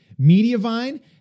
Mediavine